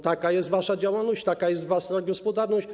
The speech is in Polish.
Taka jest wasza działalność, taka jest wasza gospodarność.